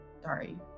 Sorry